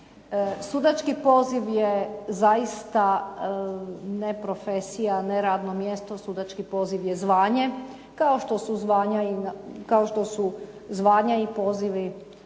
Sudački poziv je zaista ne profesija, ne radno mjesto, sudački poziv je zvanje, kao što su zvanja i pozivi i